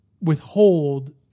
withhold